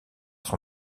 son